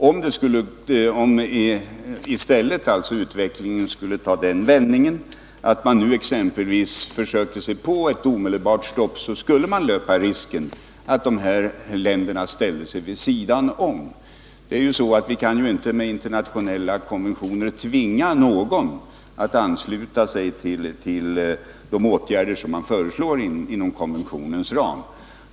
Om utvecklingen i stället skulle ta den vändningen att man nu försökte sig på ett omedelbart stopp, skulle vi löpa risken att dessa länder ställer sig vid sidan om. Vi kan inte med internationella konventioner tvinga någon att ansluta sig till de åtgärder som man föreslår inom konventionens ram.